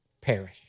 perish